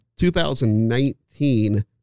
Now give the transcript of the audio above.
2019